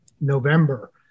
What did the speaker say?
November